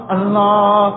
Allah